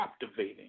captivating